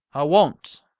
i won't.